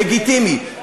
לגיטימי,